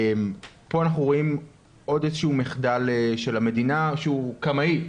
פה אנחנו רואים עוד איזשהו מחדל של המדינה שהוא קמאי.